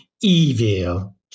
Evil